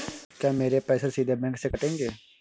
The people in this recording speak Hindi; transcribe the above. क्या मेरे पैसे सीधे बैंक से कटेंगे?